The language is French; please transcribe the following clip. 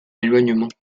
éloignement